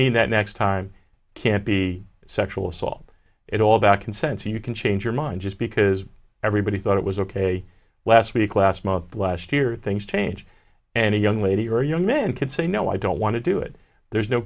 mean that next time can't be sexual assault it all back incense and you can change your mind just because everybody thought it was ok last week last month last year things change and a young lady or young men could say no i don't want to do it there's no